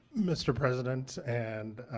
mr. president and